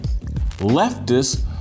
Leftists